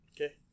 Okay